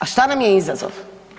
A šta nam je izazov?